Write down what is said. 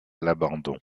l’abandon